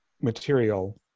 material